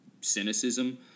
cynicism